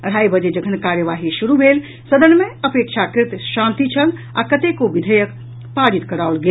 अढाई बजे जखन कार्यवाही शुरू भेल सदन मे अपेक्षाकृत शांति छल आ कतेको विधेयक पारित कराओल गेल